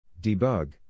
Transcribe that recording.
Debug